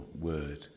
word